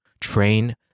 train